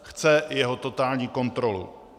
Chce jeho totální kontrolu.